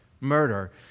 murder